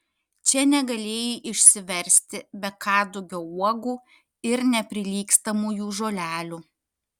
čia negalėjai išsiversti be kadugio uogų ir neprilygstamųjų žolelių